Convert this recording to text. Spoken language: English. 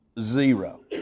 Zero